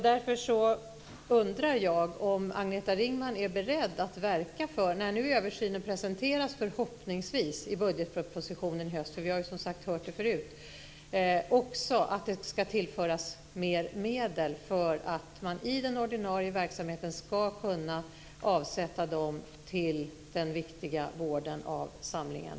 Därför undrar jag om Agneta Ringman är beredd att verka för att det också tillförs mer medel, när översynen förhoppningsvis presenteras i budgetpropositionen i höst - vi har som sagt hört det förut - för att man ska kunna avsätta dem för den viktiga vården av samlingarna i den ordinarie verksamheten.